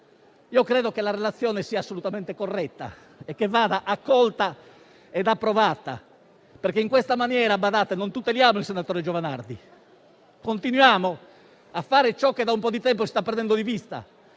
Io credo che la relazione sia assolutamente corretta e che vada accolta e approvata, perché in questa maniera - badate - non tuteliamo il senatore Giovanardi, ma continuiamo a fare ciò che da un po' di tempo si sta perdendo di vista,